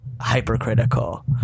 hypercritical